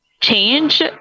change